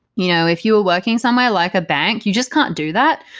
you know if you were working somewhere like a bank, you just can't do that.